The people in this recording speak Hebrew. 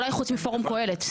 אולי חוץ מפורום קהלת,